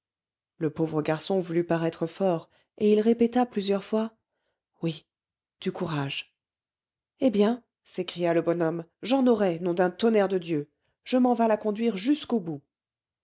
le pauvre garçon voulut paraître fort et il répéta plusieurs fois oui du courage eh bien s'écria le bonhomme j'en aurai nom d'un tonnerre de dieu je m'en vas la conduire jusqu'au bout